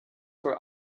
for